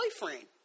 boyfriend